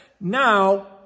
Now